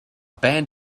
band